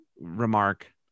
remark